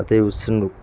ਅਤੇ ਉਸਨੂੰ